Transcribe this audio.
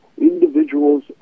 individuals